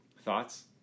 Thoughts